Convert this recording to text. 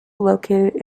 located